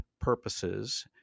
purposes